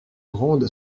gronde